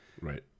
Right